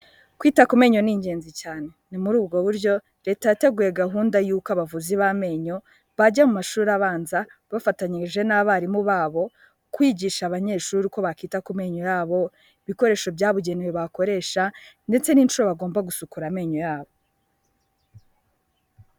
Kwita ku menyo ni ingenzi cyane. Ni muri ubwo buryo Leta yateguye gahunda y'uko abavuzi b'amenyo bajya mu mashuri abanza bafatanyije n'abarimu babo, kwigisha abanyeshuri uko bakita ku menyo yabo, ibikoresho byabugenewe bakoresha, ndetse n'inshuro bagomba gusukura amenyo yabo.